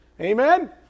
amen